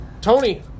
Tony